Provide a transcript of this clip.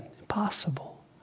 Impossible